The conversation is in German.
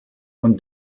und